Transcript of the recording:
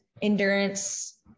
Endurance